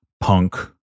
punk